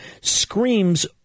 screams